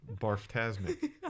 barf-tasmic